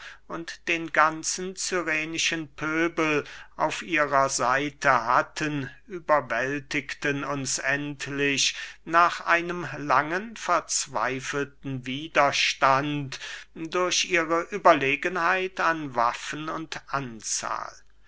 und den ganzen cyrenischen pöbel auf ihrer seite hatten überwältigten uns endlich nach einem langen verzweifelten widerstand durch ihre überlegenheit an waffen und anzahl